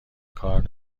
کار